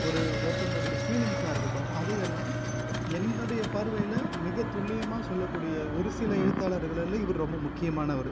ஒரு ஒருத்தவங்களோடய ஃபீலிங்ஸாக இருக்கட்டும் அதையெல்லாம் என்னுடைய பார்வையில் மிகத் துல்லியமாக சொல்லக்கூடிய ஒரு சில எழுத்தாளர்களில் இவர் ரொம்ப முக்கியமானவர்